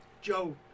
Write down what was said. Joe